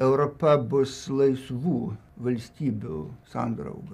europa bus laisvų valstybių sandrauga